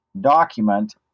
document